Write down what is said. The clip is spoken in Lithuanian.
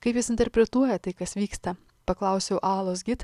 kaip jis interpretuoja tai kas vyksta paklausiau alos git